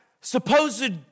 supposed